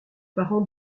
parents